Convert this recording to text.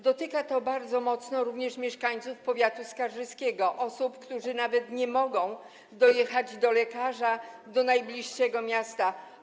Dotyka to bardzo mocno również mieszkańców powiatu skarżyskiego, osób, które nawet nie mogą dojechać do lekarza, do najbliższego miasta.